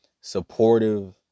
supportive